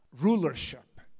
rulership